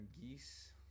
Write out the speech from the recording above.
geese